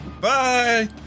Bye